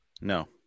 No